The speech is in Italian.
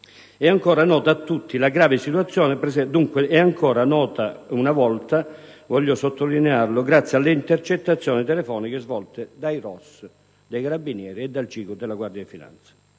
- ancora una volta, voglio sottolinearlo, grazie alle intercettazioni telefoniche svolte dai Ros dei Carabinieri e dal Gico della Guardia di finanza